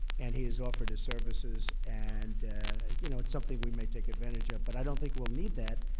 and he has offered his services, and you know it's something we may take advantage of. but i don't think we'll need that